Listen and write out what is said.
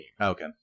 Okay